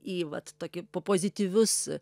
į vat tokį pozityvius